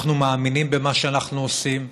אנחנו מאמינים במה שאנחנו עושים,